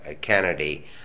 Kennedy